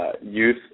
youth